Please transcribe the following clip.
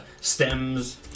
stems